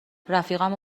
رفیقمو